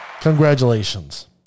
Congratulations